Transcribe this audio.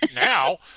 now